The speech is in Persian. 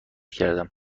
کردم